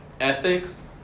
ethics